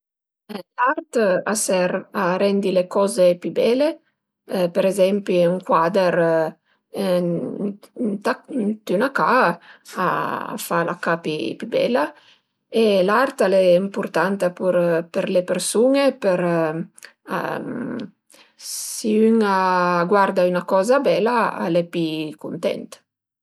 L'art a serv a rendi le coze pi bele për ezempi ün cuader ënt üna ca a fa la ca pi pi bela e l'art al e impurtanta për për le persun-e për. Si ün a guarda üna coza bela al e pi cuntent